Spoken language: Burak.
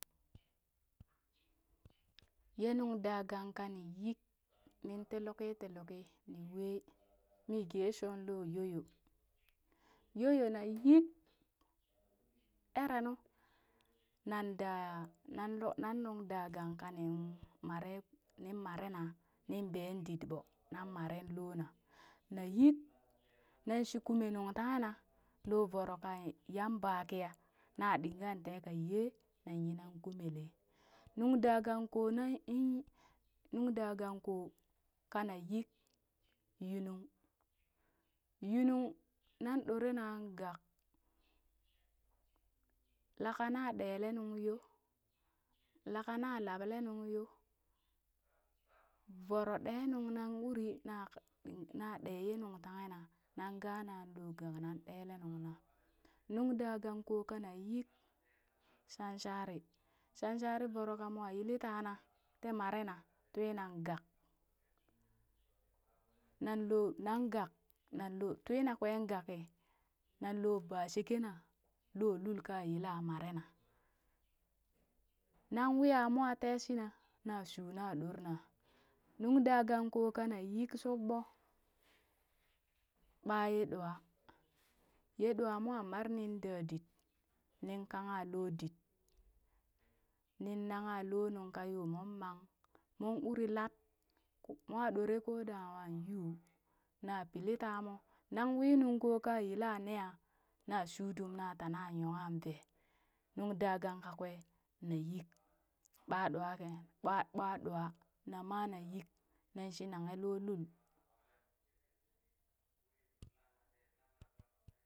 Ye nuŋ daa gang kani yik nin tii luki ti luki, ni wee mii gee shoo loo yooyoo: yooyoo na yik erenu nan nun da, nan luk nan nungda gang kanin mare nin mare na nin ben dit ɓo, nan mare loona nayik na shikume nungtanghe na loo voro yan baa kiya na ɗingan tee kaa yee yinan kumelee. Nuŋ ɗaa gang ko nan ii nuŋ daa gang koo ka nayik yunung yunung nan ɗoree naan gag la ka na ɗee lee yoo, lakana laɓanung yoo, voro ɗee nuŋ nan uri na ɗee yee nungtanghe na gaana loo gag na ɗeelee nung na. Nuŋ daa gang ƙoo kana yik shanshari, shanahari voro kamoo yilii tana tii mare na twinan nan gag nan loo nan gag nan loo twina kwee nan gagki nan loo ba sheke nan loo lul ka yila mare na, na wii aa mwa tee shina nan shuna na ɗorena. Nuŋ daa gang koo kana yik shuɓɓoo ɓa yee ɗwa, yee ɗwa moo mareni nin dadit nin kanghe loo dit nin nangha loo nuŋ ka yoo mon mang na uri lat ko mwa ɗoree ko danghan yu na pill tamoo, nang wee nuŋ koo ka yila neeya nashuu dum na tana yunghan vee, nung daa gang kakwe na yik ɓaa ɗwaa ke ɓa ɓa ɗwa na maa na yik nan shi nanghe loolul.